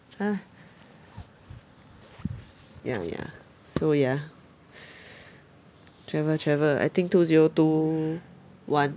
!huh! ya ya so ya travel travel I think two zero two one